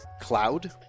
cloud